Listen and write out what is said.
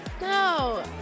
No